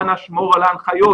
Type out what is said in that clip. אנא שמור על ההנחיות".